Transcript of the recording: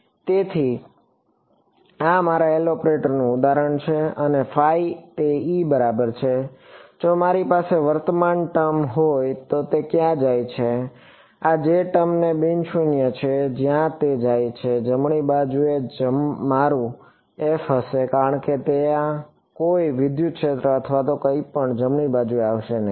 તેથી આ મારા L ઓપરેટરનું ઉદાહરણ છે અને તે E બરાબર છે જો મારી પાસે વર્તમાન ટર્મ હોય તો તે ક્યાં જાય છે આ J ટર્મ તે બિન શૂન્ય છે જ્યાં તે જાય છે તે જમણી બાજુએ જમણી બાજુએ મારું f હશે કારણ કે ત્યાં કોઈ વિદ્યુત ક્ષેત્ર અથવા કંઈપણ તે જમણી બાજુએ આવશે નહીં